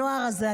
הנוער הזה,